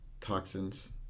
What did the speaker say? toxins